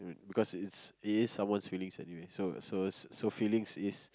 because it's it is someone feelings anyways so so so feelings is